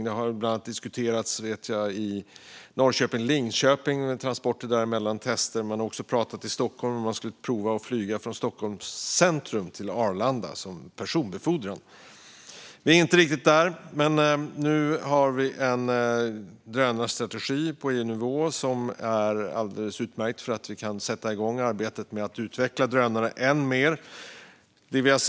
Detta har bland annat diskuterats i Norrköping och Linköping, med transporter däremellan och tester, och man har också pratat i Stockholm om att pröva att flyga från Stockholms centrum till Arlanda, som personbefordran. Där är vi inte riktigt ännu, men nu har vi en drönarstrategi på EU-nivå som är alldeles utmärkt därför att vi kan sätta igång arbetet med att utveckla drönarna ännu mer.